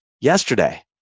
yesterday